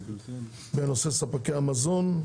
בנושא ספקי המזון,